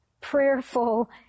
prayerful